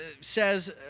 says